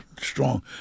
strong